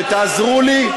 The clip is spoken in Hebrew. שתעזרו לי,